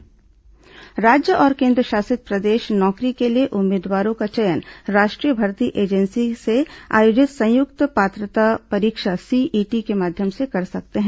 राष्ट्रीय भर्ती एजेंसी राज्य और केंद्रशासित प्रदेश नौकरी के लिए उम्मीदवारों का चयन राष्ट्रीय भर्ती एजेंसी से आयोजित संयुक्त पात्रता परीक्षा सीईटी के माध्यम से कर सकते हैं